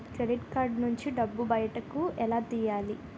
Credit card నుంచి డబ్బు బయటకు ఎలా తెయ్యలి?